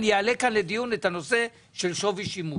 אני אעלה כאן לדיון את הנושא של שווי שימוש,